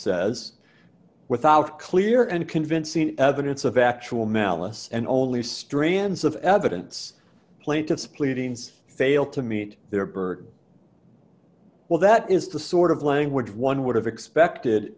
says without clear and convincing evidence of actual malice and only strands of evidence plaintiff's pleadings fail to meet their burden well that is the sort of language one would have expected